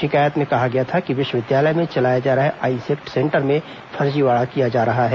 शिकायत में कहा गया था कि विश्वविद्यालय में चलाए जा रहे आईसेक्ट सेंटर में फर्जीवाड़ा किया जा रहा है